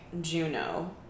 Juno